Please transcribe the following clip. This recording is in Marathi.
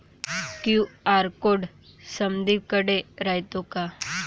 क्यू.आर कोड समदीकडे रायतो का?